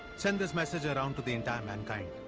send this message around to the entire mankind.